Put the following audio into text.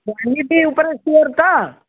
quality ଉପରେ sure ତ